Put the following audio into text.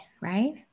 right